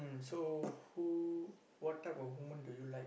and so who what type of woman do you like